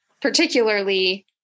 particularly